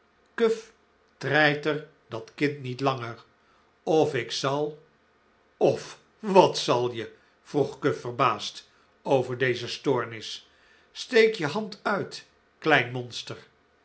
cuff treiter dat kind niet langer of ik zal of wat zal je vroeg cuff verbaasd over deze stoornis steek je hand uit klein monster